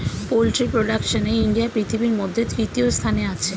poultry প্রোডাকশনে India পৃথিবীর মধ্যে তৃতীয় স্থানে আছে